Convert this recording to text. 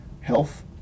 health